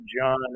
John